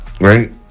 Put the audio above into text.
Right